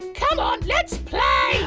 come on, let's play.